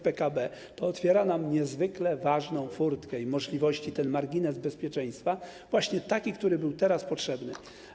PKB otwiera nam niezwykle ważną furtkę i możliwości, ten margines bezpieczeństwa, właśnie taki, który był teraz potrzebny.